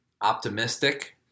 optimistic